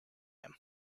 him